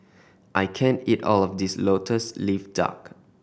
I can't eat all of this Lotus Leaf Duck